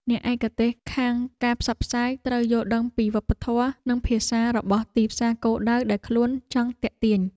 អ្នកឯកទេសខាងការផ្សព្វផ្សាយត្រូវយល់ដឹងពីវប្បធម៌ និងភាសារបស់ទីផ្សារគោលដៅដែលខ្លួនចង់ទាក់ទាញ។